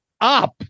up